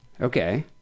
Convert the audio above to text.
okay